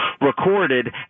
recorded